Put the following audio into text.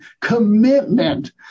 commitment